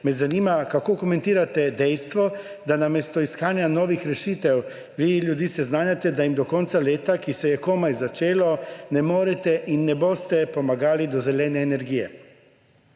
me zanima: Kako komentirate dejstvo, da namesto iskanja novih rešitev vi ljudi seznanjate, da jim do konca leta, ki se je komaj začelo, ne morete in ne boste pomagali do zelene energije?